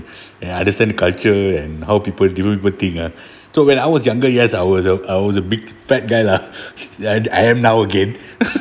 ya understand culture and how people thing ah so when I was younger yes I was a I was a big fat guy lah and I am now again